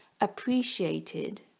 appreciated